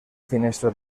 finestra